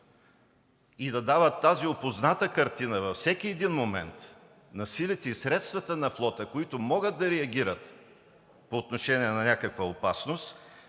и да дават тази опозната картина във всеки един момент на силите и средствата на флота, които могат да реагират по отношение на някаква опасност,